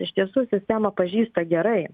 iš tiesų sistemą pažįsta gerai